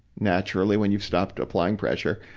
naturally, when you've stopped applying pressure,